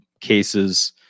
cases